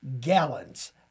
gallons